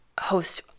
host